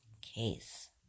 case